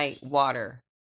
water